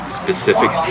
specific